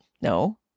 no